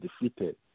defeated